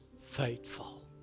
faithful